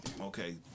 Okay